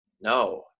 no